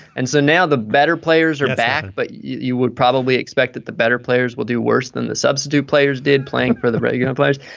and so now the better players are back. but you would probably expect that the better players will do worse than the substitute players did playing for the you know players.